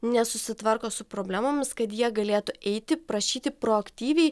nesusitvarko su problemomis kad jie galėtų eiti prašyti proaktyviai